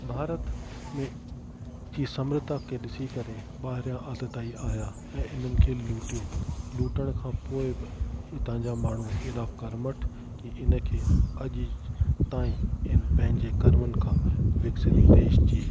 भारत में इहा समृता खे ॾिसी करे ॿाहिरियों अदताईं आहियां ऐं उन्हनि खे लुटियो लुटण खां पोइ बि हितां जा माण्हू एॾा कर्महठि कि इन खे अॼु ताईं हिन पंहिंजे कर्मनि खां विकसित देश जी